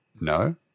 no